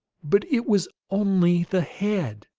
but it was only the head,